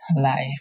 life